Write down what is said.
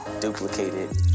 duplicated